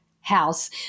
house